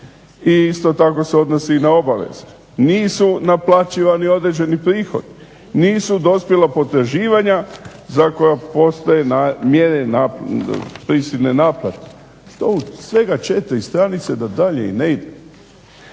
isto tako se odnosi na obaveze. Nisu naplaćivani određeni prihodi, nisu dospjela potraživanja za koja postoje mjere prisilne naplate", što u svega 4 stranice da dalje i ne idem.